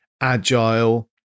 agile